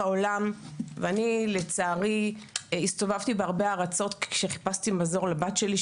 אני לצערי הסתובבתי בהרבה ארצות כשחיפשתי מזור לבת שלי,